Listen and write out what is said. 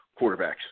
quarterbacks